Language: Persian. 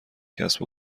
کسب